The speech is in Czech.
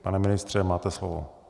Pane ministře, máte slovo.